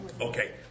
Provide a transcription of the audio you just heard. Okay